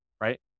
right